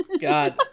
god